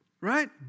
Right